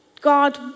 God